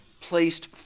placed